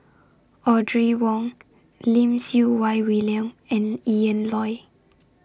Audrey Wong Lim Siew Wai William and Ian Loy